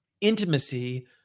intimacy